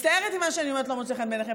מצטערת אם מה שאני אומרת לא מוצא חן בעיניכם.